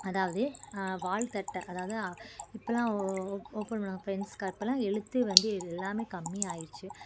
அதாவது வாழ்த்தட்ட அதாவது இப்போல்லாம் ஓப்பன் பண்ணால் ஃப்ரெண்ட்ஸ் கார்ட் இப்பயெல்லாம் எழுத்து வந்து எல்லாமே கம்மியாகிருச்சி